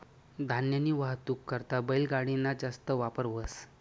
धान्यनी वाहतूक करता बैलगाडी ना जास्त वापर व्हस